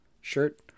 shirt